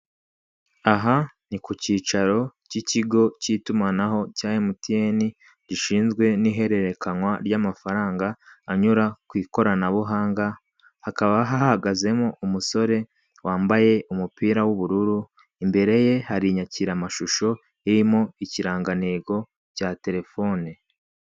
Aha ni ku cyicaro k'ikigo k'itumanaho cya MTN gishinzwe n'ihererekanwa ry'amafaranga anyura ku ikoranabuhanga hakaba hahagazemo umusore wambaye umupira w'ubururu imbere ye hari inyakiramashusho irimo ikirangantego cya telefone.